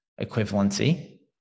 equivalency